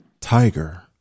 tiger